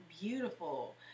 beautiful